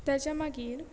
ताच्या मागीर